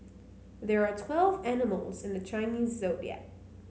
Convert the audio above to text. there are twelve animals in the Chinese Zodiac